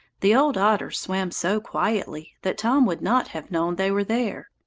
the old otters swam so quietly that tom would not have known they were there.